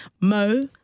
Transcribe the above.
Mo